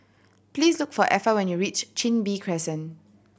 please look for Effa when you reach Chin Bee Crescent